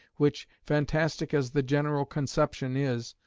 which, fantastic as the general conception is,